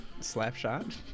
Slapshot